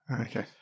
Okay